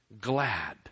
glad